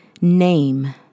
name